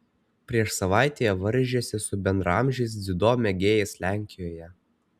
prieš savaitę jie varžėsi su bendraamžiais dziudo mėgėjais lenkijoje